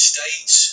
States